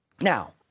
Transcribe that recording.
Now